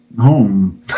home